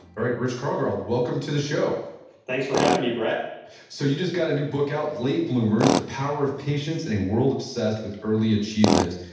all right, rich karlgaard. welcome to the show thanks for having me, brett so you just got a new book out, late bloomers the power of patience patience in a world obsessed with early achievement.